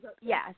yes